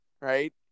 right